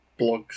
blogs